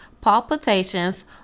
palpitations